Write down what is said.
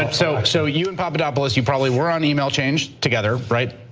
and so so you and papadopoulos, you probably were on email chains together, right?